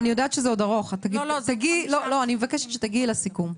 אני יודעת שזה עוד ארוך, אני מבקשת שתגיעי לסיכום.